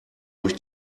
durch